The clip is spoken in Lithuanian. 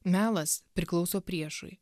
melas priklauso priešui